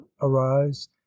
arise